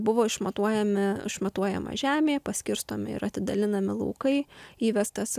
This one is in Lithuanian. buvo išmatuojami išmatuojama žemė paskirstomi ir atidalinami laukai įvestas